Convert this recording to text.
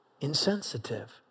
Insensitive